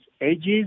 ages